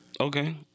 Okay